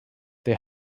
they